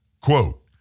quote